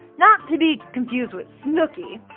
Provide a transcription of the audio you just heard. not to be confused with snooky,